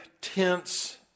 tense